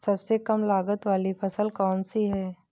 सबसे कम लागत वाली फसल कौन सी है?